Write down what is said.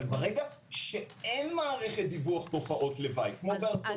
אבל ברגע שאין מערכת דיווח תופעות לוואי כמו בארצות